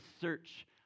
search